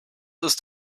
ist